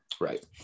Right